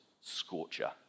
scorcher